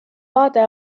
vaade